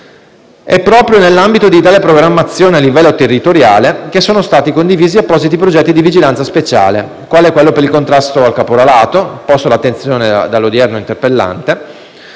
È proprio nell'ambito di tale programmazione a livello territoriale che sono stati condivisi appositi progetti di vigilanza speciale, quale quello per il contrasto al caporalato, posto all'attenzione dall'odierno interrogante.